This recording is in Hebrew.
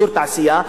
אזור תעשייה,